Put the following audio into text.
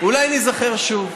אולי ניזכר שוב.